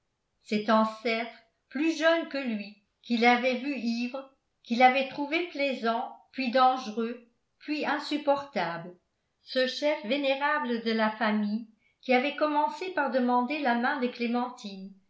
cet ancêtre plus jeune que lui qu'il avait vu ivre qu'il avait trouvé plaisant puis dangereux puis insupportable ce chef vénérable de la famille qui avait commencé par demander la main de clémentine